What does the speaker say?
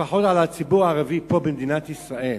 לפחות על הציבור הערבי פה במדינת ישראל,